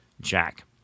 Jack